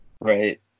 right